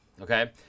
okay